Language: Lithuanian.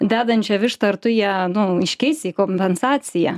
dedančią vištą ar tu ją nu iškeisi į kompensaciją